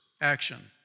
action